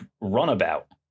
runabout